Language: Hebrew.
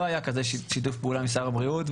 לא היה כזה שיתוף פעולה עם שר הבריאות,